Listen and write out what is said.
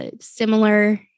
Similar